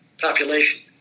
population